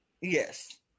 Yes